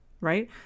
right